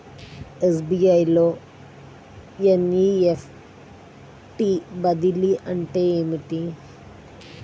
SBI లో NEFT బదిలీ అంటే ఏమిటి?